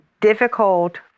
difficult